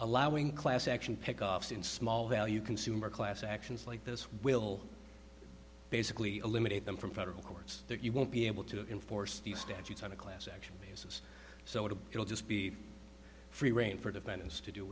allowing class action pick ups in small value consumer class actions like this will basically eliminate them from federal courts that you won't be able to enforce these statutes on a class action so to it will just be free reign for defendants to do